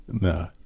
No